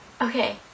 Okay